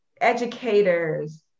educators